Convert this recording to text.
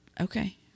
Okay